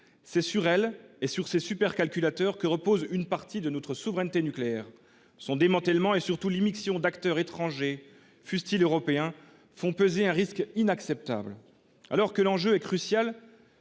C’est sur elle, sur ses supercalculateurs, que repose une partie de notre souveraineté nucléaire. Son démantèlement et, surtout, l’immixtion d’acteurs étrangers, fussent ils européens, dans son activité font peser un risque inacceptable. Alors que l’enjeu est crucial,